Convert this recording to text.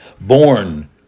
Born